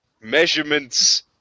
measurements